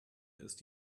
ist